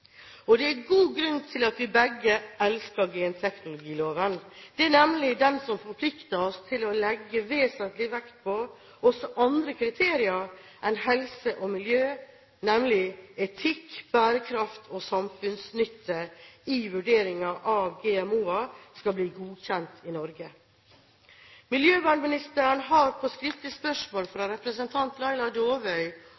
mat. Det er god grunn til at vi begge elsker genteknologiloven. Det er nemlig den som forplikter oss til å legge vesentlig vekt på også andre kriterier enn helse og miljø, nemlig etikk, bærekraft og samfunnsnytte, i vurderingen av om GMO-er skal bli godkjent i Norge. Miljøvernministeren har på skriftlig spørsmål fra